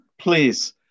please